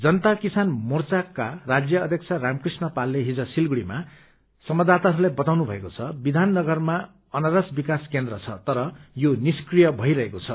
जनता किसान मोर्चाका राज्य अध्यक्ष रामकुष्ण पालले हिज सिलीगुड़ीमा संवाददाताहस्लाई बताउनु भएको छ विचान नगरमा अनारस विकास केन्द्र छ तर यो निष्क्रिय भइरहेको छ